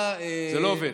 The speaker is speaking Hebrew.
זה לא עובד.